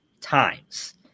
times